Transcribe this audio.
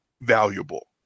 valuable